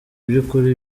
by’ukuri